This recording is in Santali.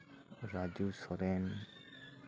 ᱨᱟᱡᱩ ᱥᱚᱨᱮᱱ